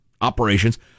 operations